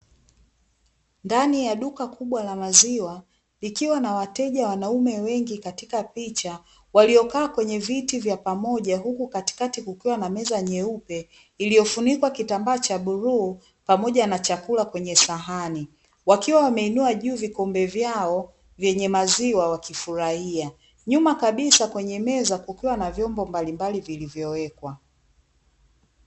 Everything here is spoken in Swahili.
Ndani ya duka kubwa la maziwa likiwa na wateja wanaume wengi katika picha waliokaa kwenye viti vya pamoja, huku katikati kukiwa na meza nyeupe iliyofunikwa kitambaa cha bluu, pamoja na chakula kwenye sahani. Wakiwa wameinua juu vikombe vyao vyenye maziwa wakifurahia. Nyuma kabisa kwenye meza kukiwa na vyombo mbalimbali vilivyowekwa.